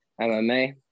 mma